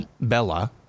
Bella